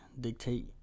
dictate